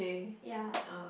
ya